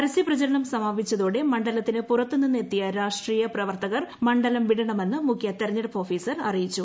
പരസൃപ്രചാരണം സമാപിച്ചതോടെ മണ്ഡലത്തിന് പുറത്ത് നിന്നെത്തിയ രാഷ്ട്രീയ പ്രവർത്തകർ മണ്ഡലം വിടണമെന്ന് മുഖ്യതിരഞ്ഞെടുപ്പ് ഓഫീസർ അറിയിച്ചു